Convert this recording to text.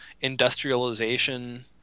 industrialization